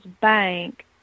bank